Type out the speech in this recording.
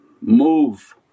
move